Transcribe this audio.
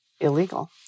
illegal